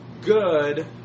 good